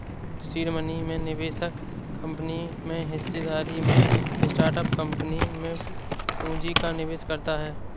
seed money में निवेशक company में हिस्सेदारी में स्टार्टअप कंपनी में पूंजी का निवेश करता है